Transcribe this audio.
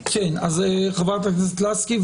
חברת הכנסת לסקי,